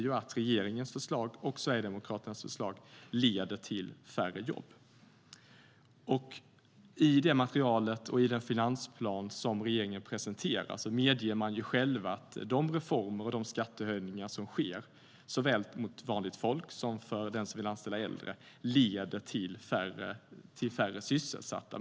De säger att regeringens förslag och Sverigedemokraternas förslag leder till färre jobb.I det materialet och i den finansplan som regeringen presenterar medger man själv att de reformer och skattehöjningar som sker, såväl gentemot vanligt folk som för den som vill anställa äldre, leder till färre sysselsatta.